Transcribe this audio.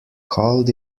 called